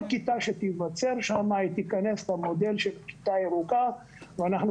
כל כיתה שתיווצר שם היא תיכנס למודל של כיתה ירוקה ואנחנו